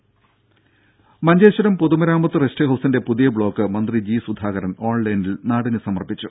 ദേദ മഞ്ചേശ്വരം പൊതുമരാമത്ത് റസ്റ്റ് ഹൌസിന്റെ പുതിയ ബ്ലോക്ക് മന്ത്രി ജി സുധാകരൻ ഓൺലൈനിൽ നാടിന് സമർപ്പിച്ചു